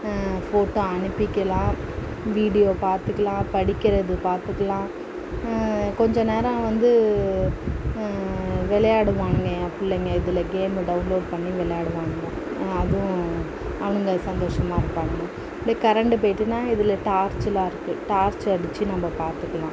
photo அனுப்பிக்கலாம் video பார்த்துக்கலாம் படிக்கிறது பார்த்துக்கலாம் கொஞ்ச நேரம் வந்து விளையாடுவானுங்க என் பிள்ளைங்கள் இதில் கேமு டவுன்லோட் பண்ணி விளையாடுவானுங்க அதுவும் அவனுங்க சந்தோஷமாக இருப்பானுங்க இதிலே கரண்டு போய்ட்டுனால் இதில் டார்ச்சுலாம் இருக்குது டார்ச்சு அடித்து நம்ம பார்த்துக்கலாம்